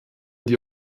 die